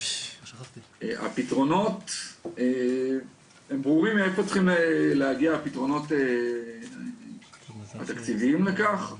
הפתרונות ברורים מאיפה צריכים להגיע הפתרונות התקציביים לכך,